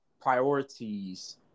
priorities